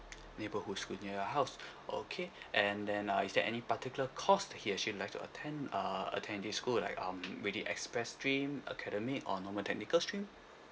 neighborhood school near the house okay and then uh is there any particular course that he or she like to attend uh attend in school like um whether it express stream academic or normal technical stream